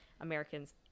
americans